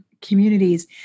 communities